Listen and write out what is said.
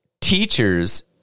teachers